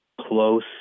close